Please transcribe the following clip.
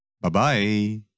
Bye-bye